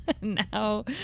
Now